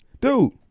Dude